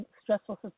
stressful